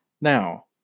Now